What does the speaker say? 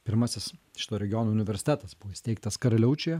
pirmasis šito regiono universitetas buvo įsteigtas karaliaučiuje